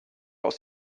aus